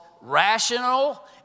rational